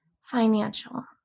financial